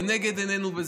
לנגד עינינו,